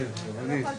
בסדר.